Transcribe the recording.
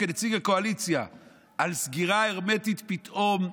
כנציג הקואליציה על סגירה הרמטית פתאום,